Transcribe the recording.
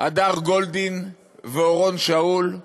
הדר גולדין ואורון שאול,